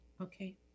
okay